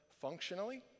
functionally